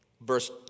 verse